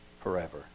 forever